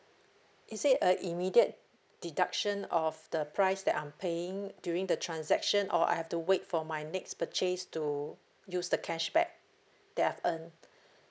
is it a immediate deduction of the price that I'm paying during the transaction or I have to wait for my next purchase to use the cashback that I've earned